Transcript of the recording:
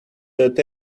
that